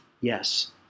Yes